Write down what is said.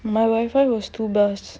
my Wi-Fi was too best